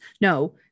no